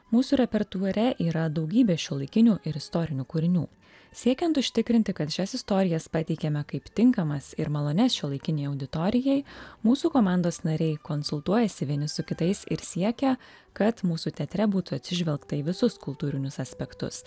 mūsų repertuare yra daugybė šiuolaikinių ir istorinių kūrinių siekiant užtikrinti kad šias istorijas pateikiame kaip tinkamas ir malonias šiuolaikinei auditorijai mūsų komandos nariai konsultuojasi vieni su kitais ir siekia kad mūsų teatre būtų atsižvelgta į visus kultūrinius aspektus